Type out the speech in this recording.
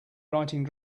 writing